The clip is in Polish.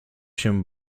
się